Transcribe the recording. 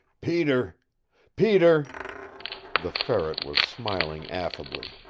peter peter the ferret was smiling affably.